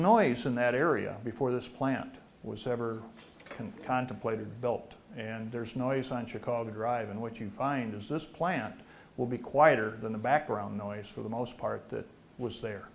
noise in that area before this plant was ever been contemplated built and there's noise on chicago drive and what you find is this plant will be quieter than the background noise for the most part that was there